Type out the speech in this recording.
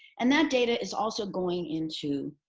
and that data is also going into